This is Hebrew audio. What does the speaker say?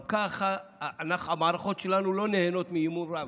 גם ככה המערכות שלנו לא נהנות מאמון רב,